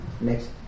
next